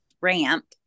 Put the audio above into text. ramp